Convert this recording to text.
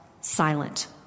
silent